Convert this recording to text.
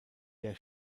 der